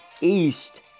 east